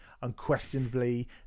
Unquestionably